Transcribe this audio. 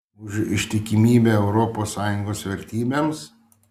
už ištikimybę europos sąjungos vertybėms